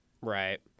Right